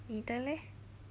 你的 leh